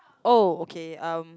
oh okay um